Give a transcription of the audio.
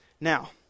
Now